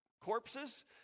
corpses